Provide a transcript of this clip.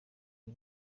y’u